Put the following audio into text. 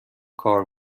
کار